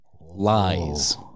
Lies